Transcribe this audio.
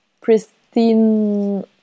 pristine